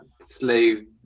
slave